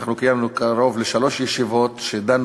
אנחנו קיימנו קרוב לשלוש ישיבות ודנו